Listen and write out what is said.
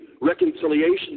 reconciliation